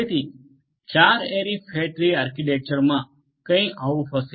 તેથી 4 ary fat tree આર્કિટેક્ચરમાં કંઈક આવું હશે